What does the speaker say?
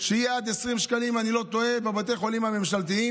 שזה יהיה עד 20 שקלים בבתי החולים הממשלתיים,